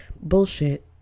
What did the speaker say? bullshit